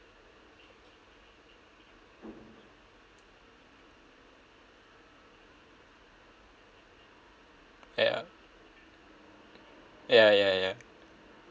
ya ya ya ya